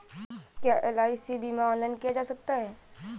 क्या एल.आई.सी बीमा ऑनलाइन किया जा सकता है?